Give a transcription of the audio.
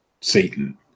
Satan